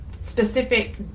specific